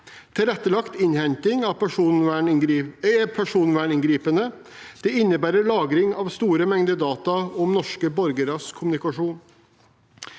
Tilrettelagt innhenting er personverninngripende, det innebærer lagring av store mengder data om norske borgeres kommunikasjon.